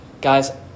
Guys